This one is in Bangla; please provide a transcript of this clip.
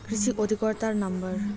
কৃষি অধিকর্তার নাম্বার?